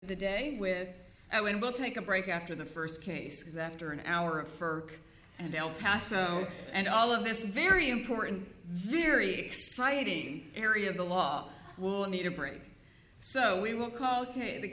the day with when we'll take a break after the first cases after an hour of fur and el paso and all of this very important very exciting area of the law will need a break so we will call k the